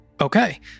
Okay